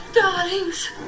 Darlings